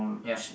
ya